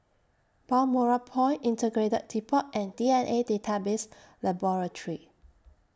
Balmoral Point Integrated Depot and D N A Database Laboratory